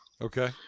Okay